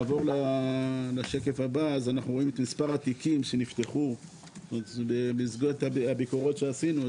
אנחנו רואים את מספר התיקים שנפתחו במסגרת הביקורות שעשינו,